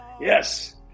Yes